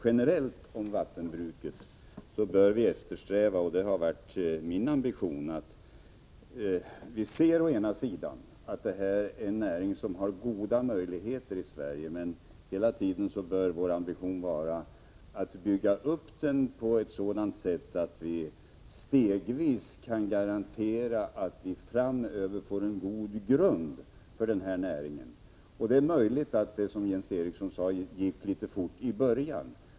Generellt när det gäller vattenbruket bör vi eftersträva, det har varit min ambition, att se det som en näring med goda möjligheter i Sverige. Men hela tiden bör vi också ha ambitionen att bygga upp näringen på ett sådant sätt att vi stegvis kan garantera att vi framöver får en god grund för denna näring. Det är möjligt att det, som Jens Eriksson sade, gick litet för fort i början.